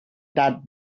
that